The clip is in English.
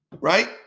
right